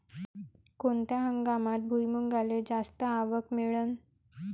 कोनत्या हंगामात भुईमुंगाले जास्त आवक मिळन?